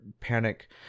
panic